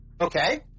Okay